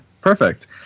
Perfect